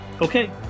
Okay